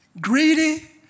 greedy